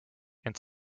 ent